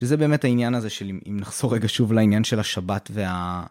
וזה באמת העניין הזה של אם נחזור רגע שוב לעניין של השבת וה...